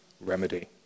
remedy